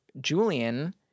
Julian